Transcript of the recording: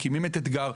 מקימים את "אתגר",